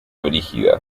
brígida